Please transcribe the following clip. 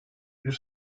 bir